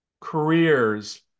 careers